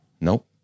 nope